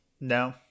no